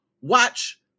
watch